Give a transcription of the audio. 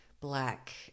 black